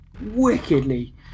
wickedly